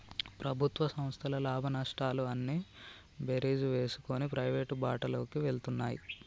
ప్రభుత్వ సంస్థల లాభనష్టాలు అన్నీ బేరీజు వేసుకొని ప్రైవేటు బాటలోకి వెళ్తున్నాయి